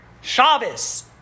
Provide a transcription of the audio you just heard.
Shabbos